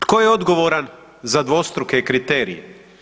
Tko je odgovoran za dvostruke kriterije?